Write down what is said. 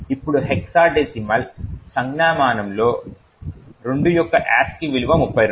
ఇప్పుడు హెక్సాడెసిమల్ సంజ్ఞామానంలో 2 యొక్కASCII విలువ 32